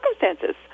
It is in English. circumstances